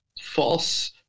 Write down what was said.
false